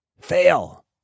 Fail